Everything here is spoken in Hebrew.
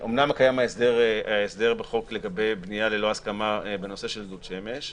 אומנם קיים הסדר בחוק לגבי בנייה ללא הסכמה בנושא של דוד שמש,